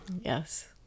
Yes